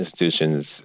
institutions